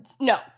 No